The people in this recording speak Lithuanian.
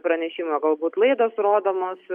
pranešimų galbūt laidos rodomos